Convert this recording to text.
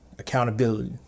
accountability